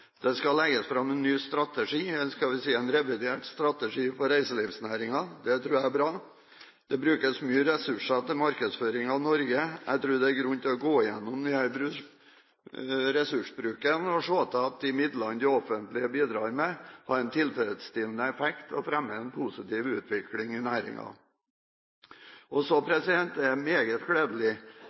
Det skal legges fram en ny strategi, eller skal vi si en revidert strategi, for reiselivsnæringa. Det tror jeg er bra. Det brukes mye ressurser til markedsføring av Norge. Jeg tror det er grunn til å gå gjennom denne ressursbruken og se til at de midlene det offentlige bidrar med, har en tilfredsstillende effekt og fremmer en positiv utvikling i næringa. Så er det meget gledelig